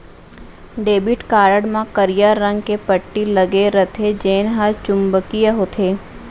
debit card म करिया रंग के पट्टी लगे रथे जेन हर चुंबकीय होथे